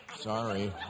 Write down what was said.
Sorry